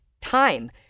time